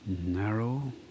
Narrow